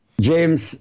james